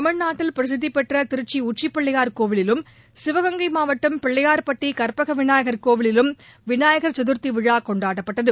தமிழ்நாட்டில் பிரசித்திபெற்ற திருச்சி உச்சிப்பிள்ளையார் கோவிலிலும் சிவகங்கை மாவட்டம் பிள்ளையா்பட்டி கற்பக விநாயகர் கோவிலிலும் விநாயகர் சதுர்த்தி விழா கொண்டாடப்பட்டது